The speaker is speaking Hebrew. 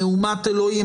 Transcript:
מהומת אלוהים,